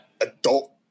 adult